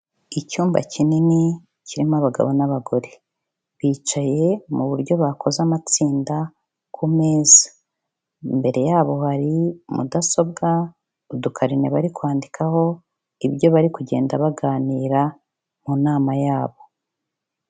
Icyumba kinini, kirimo abagabo n'abagore. Bicaye mu buryo bakoze amatsinda ku meza. Imbere yabo hari mudasobwa, udukarine bari kwandikaho ibyo bari kugenda baganira mu nama yabo.